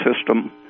system